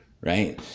right